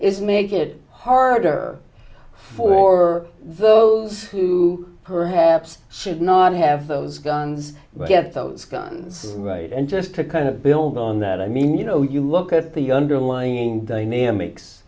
is make it harder for those who perhaps should not have those guns get those guns right and just to kind of build on that i mean you know you look at the underlying dynamics